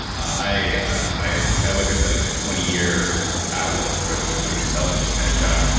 i look at the and twenty year outlook for the company who's selling this kinda junk,